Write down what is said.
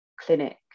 clinic